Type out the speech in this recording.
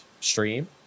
stream